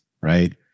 right